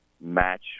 match